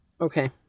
Okay